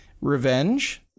Revenge